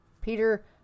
Peter